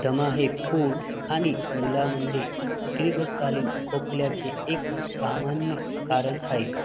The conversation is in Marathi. दमा हे पुड आणि मुलामंदी दीर्घकालीन खोकल्याचे एक सामान्य कारण आहे